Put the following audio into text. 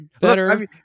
better